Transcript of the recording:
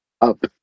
up